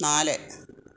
നാല്